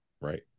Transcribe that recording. right